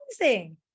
amazing